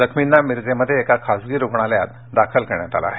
जखमींना मिरजमध्ये एका खासगी रूग्णालयात दाखल करण्यात आलं आहे